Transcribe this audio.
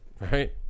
right